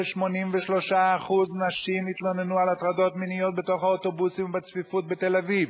ש-83% נשים התלוננו על הטרדות מיניות בתוך האוטובוסים בצפיפות בתל-אביב,